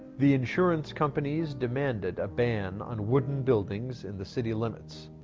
the insurance companies demanded a ban on wooden buildings in the city limits,